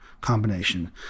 combination